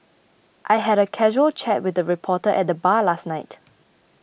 I had a casual chat with a reporter at the bar last night